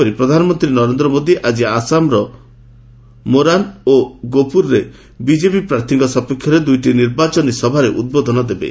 ସେହିପରି ପ୍ରଧାନମନ୍ତ୍ରୀ ନରେନ୍ଦ୍ର ମୋଦି ଆଜି ଆସାମର ମୋରାନ୍ ଗୋପୁର ବିଜେପି ପ୍ରାର୍ଥୀଙ୍କ ସପକ୍ଷରେ ଦୁଇଟି ନିର୍ବାଚନୀ ସଭାରେ ଉଦ୍ବୋଧନ ଦେବେ